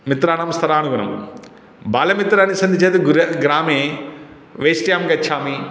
मित्राणां स्तरानुगुणं बाल्यमित्राणि सन्ति चेत् गृ ग्रामे वेष्ट्यां गच्छामि